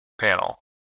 panel